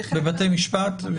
בבתי משפט?